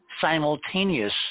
simultaneous